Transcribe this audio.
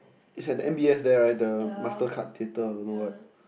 is at the M_B_S there right the Mastercard theatre don't know what